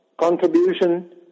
contribution